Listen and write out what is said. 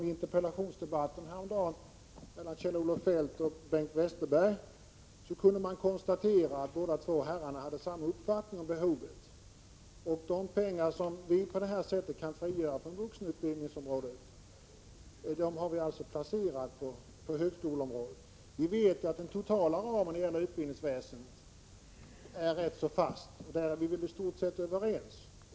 I en interpellationsdebatt häromdagen mellan Kjell-Olof Feldt och Bengt Westerberg kunde konstateras att herrarna hade samma uppfattning om behovet. De pengar som på detta sätt kan frigöras från vuxenutbildningsområdet placeras alltså på högskoleområdet. Den totala ramen när det gäller utbildningsväsendet är ganska fast, och där är vi i stort sett överens.